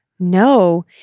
No